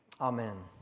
amen